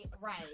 right